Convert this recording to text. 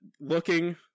looking